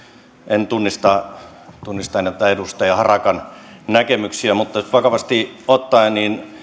en tunnista näitä edustaja harakan näkemyksiä mutta vakavasti ottaen